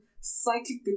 psychic